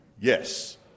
Yes